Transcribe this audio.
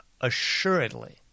assuredly